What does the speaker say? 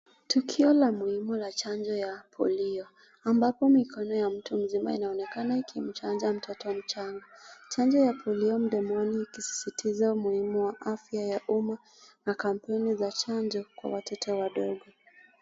Tukio muhimu la chanjo ya polia ambapo mikono ya mtu mzima inaonekana ikimchanja mtoto mchanga chanjo ya polia mdomoni ikisisitiza umuhimu wa afya ya umma na kampeni za chanjo kwa watoto wadogo.